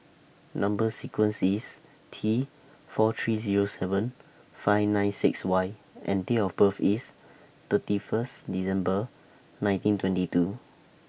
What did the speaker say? Number sequence IS T four three Zero seven five nine six Y and Date of birth IS thirty First December nineteen twenty two